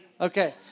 Okay